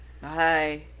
Bye